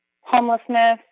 homelessness